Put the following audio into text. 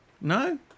No